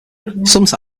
sometimes